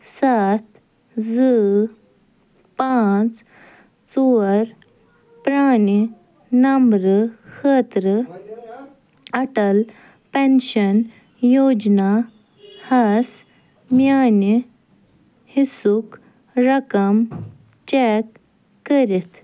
سَتھ زٕ پانٛژھ ژور پرٛانہِ نمبرٕ خٲطرٕ اَٹل پیٚنشیٚن یوجنا ہس میٛانہِ حِصُک رقم چیٛک کٔرِتھ